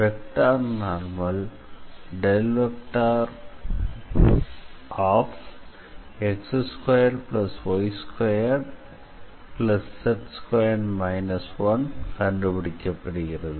vector normal x2y2z2−1 என கண்டுபிடிக்கப்படுகிறது